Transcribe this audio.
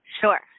Sure